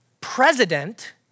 president